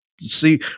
See